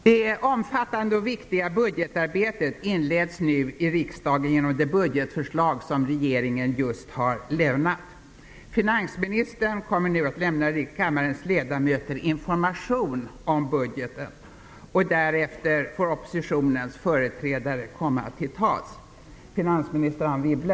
Det omfattande och viktiga budgetarbetet inleds nu i riksdagen genom det budgetförslag som regeringen just har lämnat. Finansministern kommer nu att lämna kommarens ledamöter information om budgeten, och därefter får oppositionens företrädare komma till tals.